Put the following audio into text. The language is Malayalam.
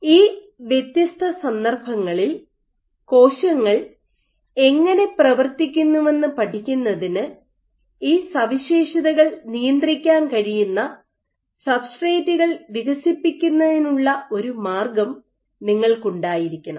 ഈ വ്യത്യസ്ത സന്ദർഭങ്ങളിൽ കോശങ്ങൾ എങ്ങനെ പ്രവർത്തിക്കുന്നുവെന്ന് പഠിക്കുന്നതിന് ഈ സവിശേഷതകൾ നിയന്ത്രിക്കാൻ കഴിയുന്ന സബ്സ്ട്രേറ്റുകൾ വികസിപ്പിക്കുന്നതിനുള്ള ഒരു മാർഗം നിങ്ങൾക്ക് ഉണ്ടായിരിക്കണം